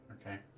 okay